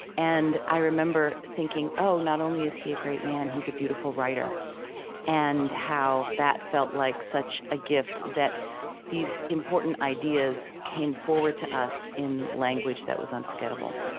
and i remember thinking, oh, not only is he a great man, he's a beautiful writer and how that felt like such a gift that these important ideas came forward to us in language that was unforgettable